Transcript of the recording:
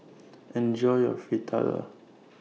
Enjoy your Fritada